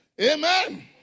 Amen